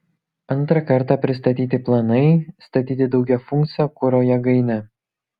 antrą kartą pristatyti planai statyti daugiafunkcę kuro jėgainę